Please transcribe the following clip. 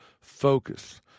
focus